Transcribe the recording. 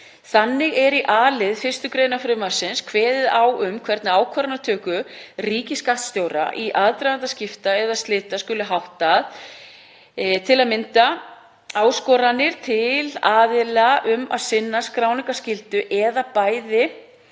Þannig er í a-lið 1. gr. frumvarpsins kveðið á um hvernig ákvarðanatöku ríkisskattstjóra í aðdraganda skipta eða slita skuli háttað, til að mynda áskoranir til aðila um að sinna skráningarskyldu, en bæði